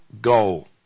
goal